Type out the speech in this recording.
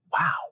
Wow